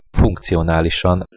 funkcionálisan